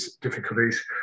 difficulties